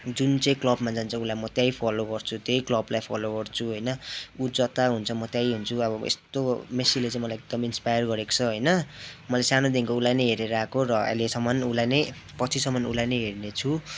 जुन चाहिँ क्लबमा जान्छ उसलाई म त्यहीँ फलो गर्छु त्यही क्लबलाई फलो गर्छु होइन उ जता हुन्छ म त्यहीँ हुन्छु अब म यस्तो मेस्सीले चाहिँ मलाई एकदम इन्सपायर गरेको छ होइन मैले सानोदेखिको उसलाई नै हेरेर आएको र अहिलेसम्म उसलाई नै पछिसम्म उसलाई नै हेर्नेछु